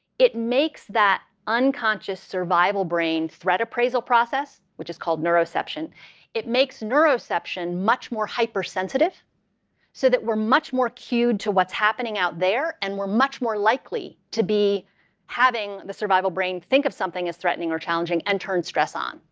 it makes that unconscious survival brain threat appraisal process, which is called neuroception it makes neuroception much more hypersensitive so that we're much more cued to what's happening out there and we're much more likely to be having the survival brain think of something as threatening or challenging and turn stress on.